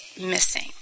missing